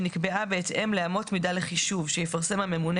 שנקבעה בהתאם לאמות מידה לחישוב שיפרסם הממונה